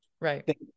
Right